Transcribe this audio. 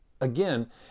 again